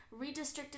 redistricted